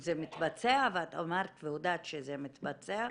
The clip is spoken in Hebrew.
זה מתבצע ואת אמרת והודעת שזה מתבצע,